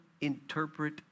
interpret